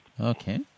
Okay